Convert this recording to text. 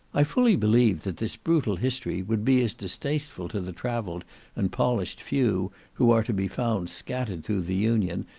i fully believe that this brutal history would be as distasteful to the travelled and polished few who are to be found scattered through the union,